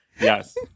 Yes